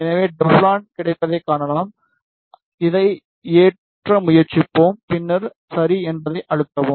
எனவே டெஃளான் கிடைப்பதைக் காணலாம் இதை ஏற்ற முயற்சிப்போம் பின்னர் சரி என்பதை அழுத்தவும்